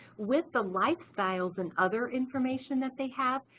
with the lifestyles and other information that they have,